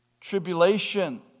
tribulation